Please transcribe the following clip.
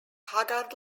haggard